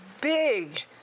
big